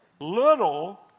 little